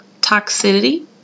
toxicity